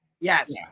Yes